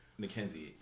McKenzie